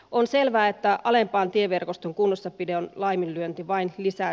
on selvää että alempaan tieverkoston kunnossapidon laiminlyönti vain kiistää